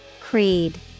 Creed